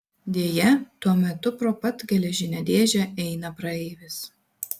deja tuo metu pro pat geležinę dėžę eina praeivis